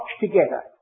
together